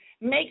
make